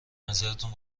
نظرتون